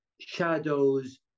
shadows